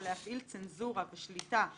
ולהפעיל צנזורה ושליטה באמנות,